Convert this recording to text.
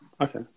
Okay